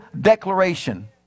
declaration